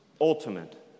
ultimate